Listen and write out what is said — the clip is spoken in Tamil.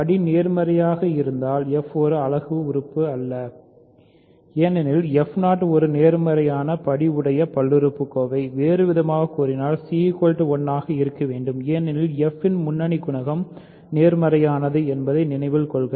படி நேர்மறையாக இருந்தால் f0 ஒரு அலகு அல்ல ஏனெனில் f 0 ஒரு நேர்மறையான படி உடைய பல்லுறுப்புக்கோவை வேறுவிதமாகக் கூறினால் c1 ஆக இருக்க வேண்டும் ஏனெனில் f இன் முன்னணி குணகம் நேர்மறையானது என்பதை நினைவில் கொள்க